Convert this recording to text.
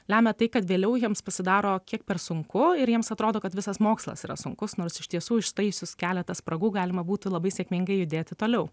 lemia tai kad vėliau jiems pasidaro kiek per sunku ir jiems atrodo kad visas mokslas yra sunkus nors iš tiesų ištaisius keletą spragų galima būtų labai sėkmingai judėti toliau